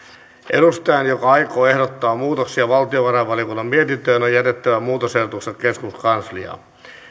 edustajan joka aikoo ehdottaa muutoksia valtiovarainvaliokunnan mietintöön on jätettävä muutosehdotuksensa keskuskansliaan